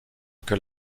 que